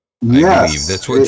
Yes